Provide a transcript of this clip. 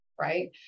Right